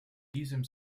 diesem